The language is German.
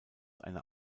eine